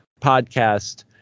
podcast